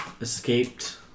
escaped